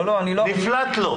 כל אחד ילך לכל אחד,